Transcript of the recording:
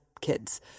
kids